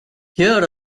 here